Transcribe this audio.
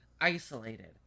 isolated